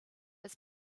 his